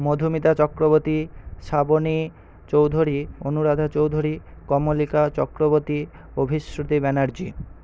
Madhumita Chakraborty Shrabani Chowdhury Anuradha Chowdhury Kamalika Chakraborty Abhishruti Banerjee